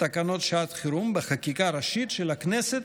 תקנות שעת חירום בחקיקה ראשית של הכנסת,